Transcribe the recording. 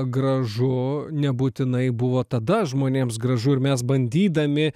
gražu nebūtinai buvo tada žmonėms gražu ir mes bandydami